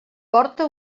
porta